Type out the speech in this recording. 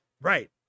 Right